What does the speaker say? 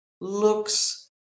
looks